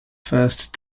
first